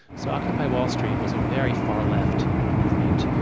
so occupy wall street was a very far left movement.